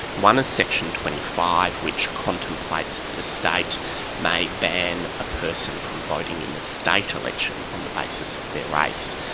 one is section twenty five which contemplates that that a state may ban a person from voting in a state election on the basis of their race.